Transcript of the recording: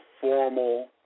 formal